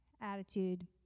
Attitude